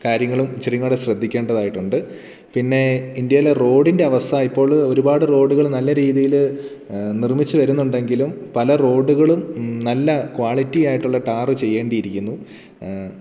കാര്യങ്ങളും ഇച്ചിരീങ്കൂടെ ശ്രദ്ധിക്കേണ്ടതായിട്ടുണ്ട് പിന്നെ ഇന്ത്യയിലെ റോഡിന്റവസ്ഥ ഇപ്പോൾ ഒരുപാട് റോഡ്കൾ നല്ല രീതീൽ നിർമ്മിച്ച് വരുന്നുണ്ടെങ്കിലും പല റോഡ്കളും നല്ല ക്വാളിറ്റിയായിട്ടുള്ള ടാറ് ചെയ്യേണ്ടീരിക്കുന്നു